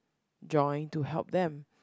join to help them